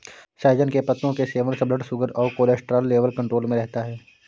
सहजन के पत्तों के सेवन से ब्लड शुगर और कोलेस्ट्रॉल लेवल कंट्रोल में रहता है